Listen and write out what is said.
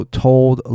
told